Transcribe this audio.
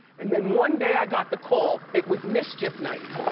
and then one day, i got the call. it was mischief night.